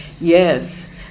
Yes